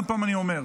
עוד פעם אני אומר,